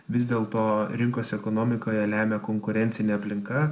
vis dėlto rinkos ekonomikoje lemia konkurencinė aplinka